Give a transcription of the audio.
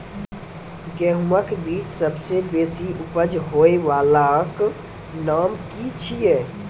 गेहूँमक बीज सबसे बेसी उपज होय वालाक नाम की छियै?